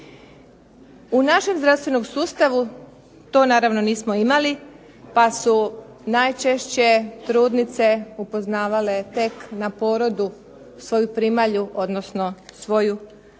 U našem zdravstvenom sustavu to naravno nismo imali, pa su najčešće trudnice upoznavale tek na porodu svoju primalju, odnosno svoju babicu.